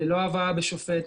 לא הבאה בפני שופט,